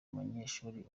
umunyeshuli